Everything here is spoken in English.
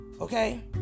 Okay